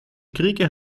kriege